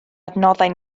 adnoddau